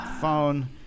phone